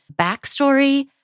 backstory